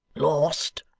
lost!